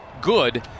good